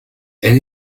elle